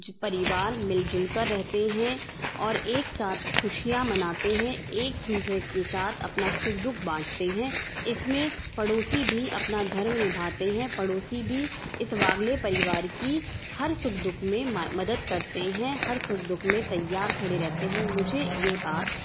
परिवार मिलजुलकर रहते हैं और एक साथ खुशियाँ मनाते हैं एक दूसरे के साथ अपना सुख दु ख बाँटते हैं इसमें पड़ोसी भी अपना धर्म निभाते हैं पड़ोसी भी इस वागले परिवार की हर सुख दु ख में मा मदद करते हैं हर सुख दु ख में तैयार खड़े रहते हैं मुझे यह बात